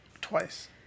Twice